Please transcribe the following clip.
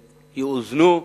ויאוזנו,